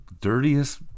dirtiest